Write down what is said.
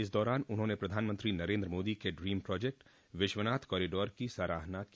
इस दौरान उन्होंने प्रधानमंत्री नरेन्द्र मोदी के ड्रीम प्रोजेक्ट विश्वनाथ कारीडोर की सराहना की